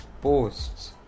posts